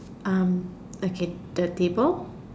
um okay the table